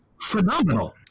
phenomenal